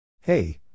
Hey